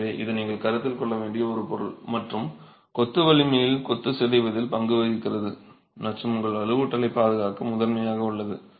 எனவே இது நீங்கள் கருத்தில் கொள்ள வேண்டிய ஒரு பொருள் மற்றும் கொத்து வலிமையில் கொத்து சிதைவதில் பங்கு வகிக்கிறது மற்றும் உங்கள் வலுவூட்டலைப் பாதுகாக்க முதன்மையாக உள்ளது